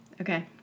Okay